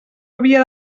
havia